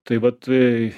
tai va tai